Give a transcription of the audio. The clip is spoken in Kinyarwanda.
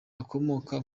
akomoka